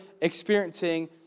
experiencing